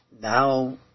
now